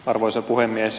arvoisa puhemies